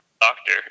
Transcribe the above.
doctor